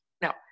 Now